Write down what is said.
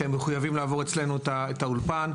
שהם מחויבים לעבור אצלנו את האולפן.